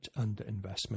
underinvestment